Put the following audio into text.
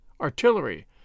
artillery